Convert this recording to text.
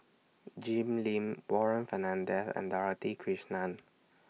Jim Lim Warren Fernandez and Dorothy Krishnan